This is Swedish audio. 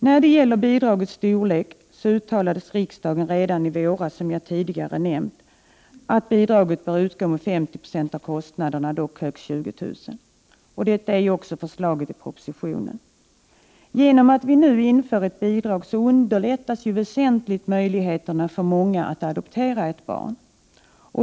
När det gäller bidragets storlek uttalade alltså riksdagen redan i våras att bidraget bör utgå med 50 96 av kostnaderna, dock högst 20 000 kr. Detta är också förslaget i propositionen. Då vi nu inför ett bidrag underlättas ju väsentligt möjligheterna för många att adoptera ett barn.